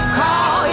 call